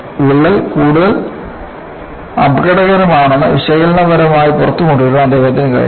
വിള്ളൽ കൂടുതൽ അപകടകരമാണെന്ന് വിശകലനപരമായി പുറത്തുകൊണ്ടുവരാൻ അദ്ദേഹത്തിന് കഴിഞ്ഞു